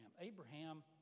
Abraham